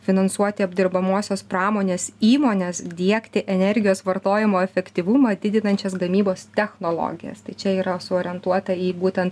finansuoti apdirbamosios pramonės įmones diegti energijos vartojimo efektyvumą didinančias gamybos technologijas tai čia yra suorientuota į būtent